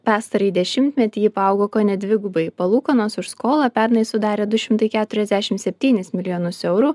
pastarąjį dešimtmetį ji paaugo kone dvigubai palūkanos už skolą pernai sudarė du šimtai keturiasdešimt septynis milijonus eurų